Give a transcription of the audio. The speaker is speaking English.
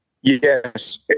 Yes